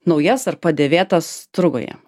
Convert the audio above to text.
naujas ar padėvėtas turguje